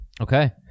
Okay